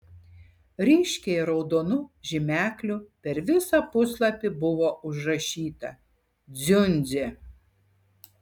ryškiai raudonu žymekliu per visą puslapį buvo užrašyta dziundzė